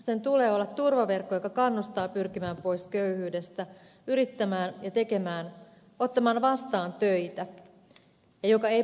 sen tulee olla turvaverkko joka kannustaa pyrkimään pois köyhyydestä yrittämään ja tekemään ottamaan vastaan töitä ja joka ei passivoi